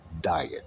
diet